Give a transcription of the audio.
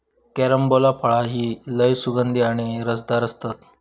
carambola फळा ही लय सुगंधी आणि रसदार असतत